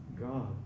God